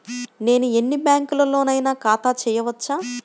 నేను ఎన్ని బ్యాంకులలోనైనా ఖాతా చేయవచ్చా?